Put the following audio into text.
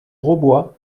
grosbois